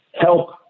help